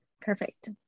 Perfect